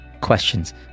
questions